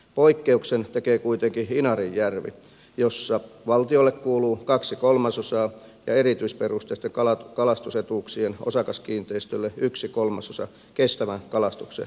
poikkeuksen tekee kuitenkin inarijärvi jossa valtiolle kuuluu kaksi kolmasosaa ja erityisperusteisten kalastusetuuksien osakaskiinteistöille yksi kolmasosa kestävän kalastuksen enimmäismäärästä